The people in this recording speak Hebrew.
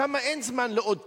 שם אין זמן לעוד תיקים,